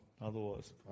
otherwise